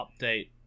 update